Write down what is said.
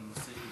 חוק ומשפט.